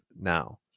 now